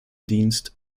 dienst